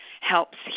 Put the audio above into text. helps